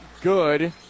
good